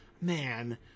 Man